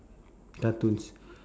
cartoons